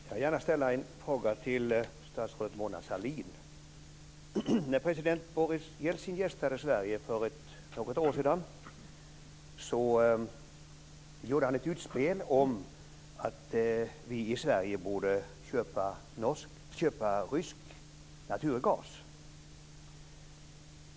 Herr talman! Jag vill gärna ställa en fråga till statsrådet Mona Sahlin. När president Boris Jeltsin gästade Sverige för något år sedan gjorde han ett utspel om att vi i Sverige borde köpa rysk naturgas.